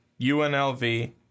UNLV